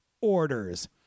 orders